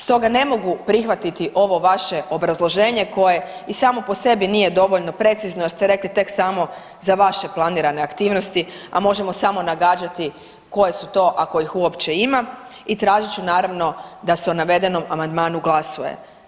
Stoga ne mogu prihvatiti ovo vaše obrazloženje koje i samo po sebi nije dovoljno precizno jer ste rekli tek samo za vaše planirane aktivnosti, a možemo samo nagađati koje su to ako ih uopće ima i tražit ću naravno da se o navedenom amandmanu glasuje.